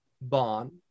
bond